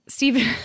Stephen